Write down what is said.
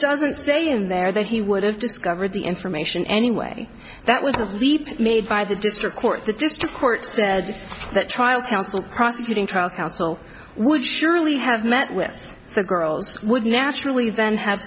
doesn't say in there that he would have discovered the information anyway that was a leap made by the district court the district court said that trial counsel prosecuting trial counsel would surely have met with the girls would naturally then have